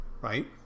right